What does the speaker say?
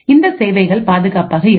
இந்த சேவைகள் பாதுகாப்பாக இருக்கும்